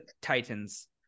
Titans